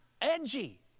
edgy